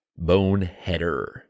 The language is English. Boneheader